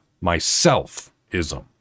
Myself-ism